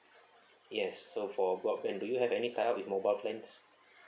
yes so for broadband do you have any tie up with mobile plans